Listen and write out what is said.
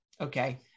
okay